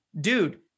dude